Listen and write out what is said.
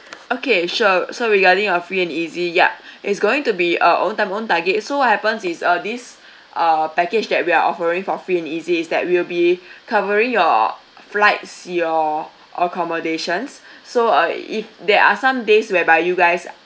okay sure so regarding uh free and easy ya it's going to be uh own time own target so what happens is uh this uh package that we are offering for free and easy is that we will be covering your flights your accommodations so uh if there are some days whereby you guys